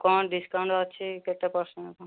କ'ଣ ଡିସକାଉଣ୍ଟ ଅଛି କେତେ ପରସେଣ୍ଟ